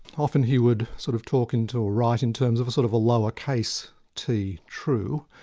often he would sort of talk into a right in terms of a sort of a lower case t true,